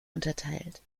unterteilt